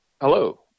Hello